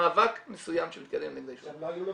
מאבק מסוים שהתקדם --- שם לא היו לוביסטים.